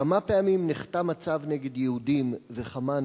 1. כמה פעמים נחתם הצו נגד יהודים וכמה,